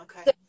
okay